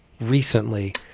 recently